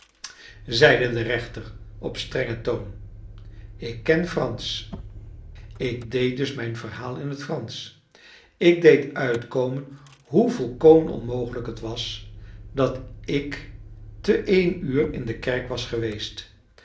zeide de rechter op strengen toon ik ken fransch ik deed dus mijn verhaal in het fransch ik deed uitkomen hoe volkomen onmogelijk het was dat ik te een uur in de kerk was geweest